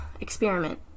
experiment